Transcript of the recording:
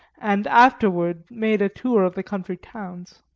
and afterward made a tour of the country towns.